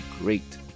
great